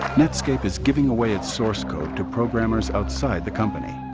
netscape is giving away its source code to programmers outside the company